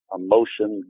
emotion